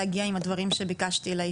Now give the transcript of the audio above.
לגבי אותם ילדים שיוצאים לפעילויות,